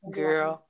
girl